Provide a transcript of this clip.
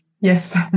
Yes